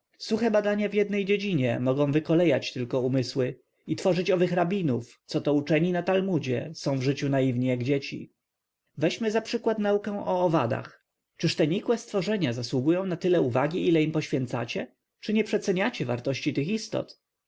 suche badania w jednej dziedzinie mogą wykolejać tylko umysły i tworzyć owych rabinów co to uczeni na talmudzie są w życiu naiwni jak dzieci weźmy za przykład naukę o owadach czyż te nikłe stworzenia zasługują na tyle uwagi ile im poświęcacie czy nieprzeceniacie ważności tych